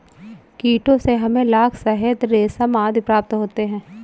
कीटों से हमें लाख, शहद, रेशम आदि प्राप्त होते हैं